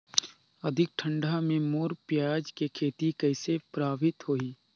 अधिक ठंडा मे मोर पियाज के खेती कइसे प्रभावित होही?